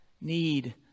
need